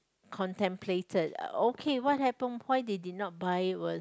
contemplated okay what happened why they did not buy was